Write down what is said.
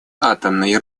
атомной